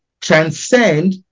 transcend